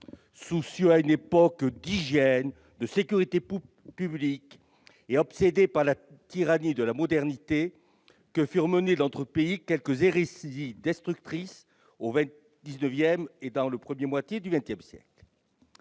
soucieux à une époque d'hygiène et de sécurité publique, mais aussi victime de la tyrannie de la modernité, que furent menées dans notre pays quelques hérésies destructrices au XIXsiècleet dans la première moitié du XXsiècle.